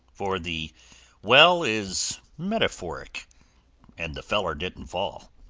for the well is metaphoric and the feller didn't fall.